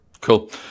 Cool